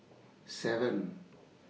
seven